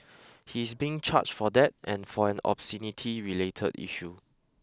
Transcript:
he is being charged for that and for an obscenity related issue